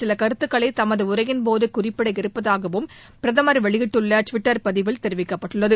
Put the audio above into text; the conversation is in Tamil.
சிலகருத்துக்களைதமதுஉரையின் போதுகுறிப்பிட இவற்றில் இருப்பதாகவும் பிரதமர் வெளியிட்டுள்ளடுவிட்டர் பதிவில் தெரிவிக்கப்பட்டுள்ளது